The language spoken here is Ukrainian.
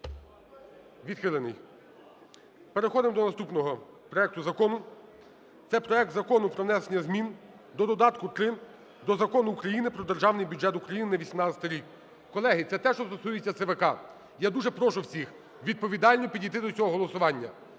відхилений. Переходимо до наступного проекту закону. Це проект Закону про внесення змін до додатка № 3 до Закону України "Про Державний бюджет України на 2018 рік". Колеги, це те, що стосується ЦВК. Я дуже прошу всіх відповідально підійти до цього голосування.